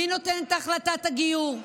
מי נותן את החלטת הגיור,